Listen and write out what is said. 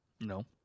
No